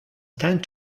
tend